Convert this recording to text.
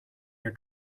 your